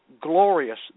glorious